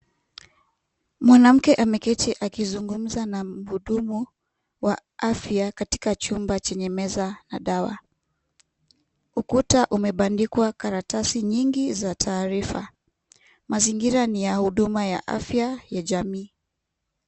Mwanamke ameketi akizungumza na mhudumu wa afya katika chumba chenye meza na dawa. Ukuta umebandikwa karatasi nyingi za taarifa. Mazingira ni ya huduma ya afya ya jamii.